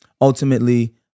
Ultimately